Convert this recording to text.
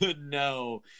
no